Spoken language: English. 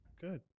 Good